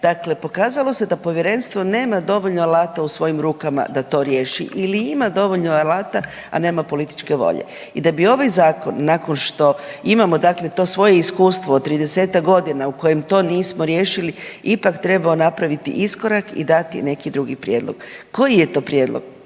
Dakle pokazalo se da Povjerenstvo nema dovoljno alata u svojim rukama da to riješi ili ima dovoljno alata, a nema političke volje i da bi ovaj Zakon nakon što imamo dakle to svoje iskustvo od 30-tak godina u kojem to nismo riješili, ipak trebao napraviti iskorak i dati neki drugi prijedlog. Koji je to prijedlog?